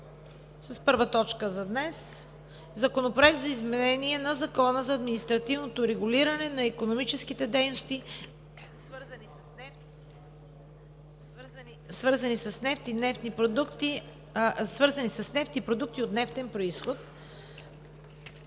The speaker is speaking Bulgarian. и контрабандата, разгледа Законопроект за изменение на Закона за административното регулиране на икономически дейности, свързани с нефт и продукти от нефтен произход,